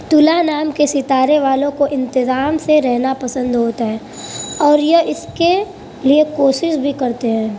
تلا نام کے ستارے والوں کو انتظام سے رہنا پسند ہوتا ہے اور یہ اس کے لیے کوشش بھی کرتے ہیں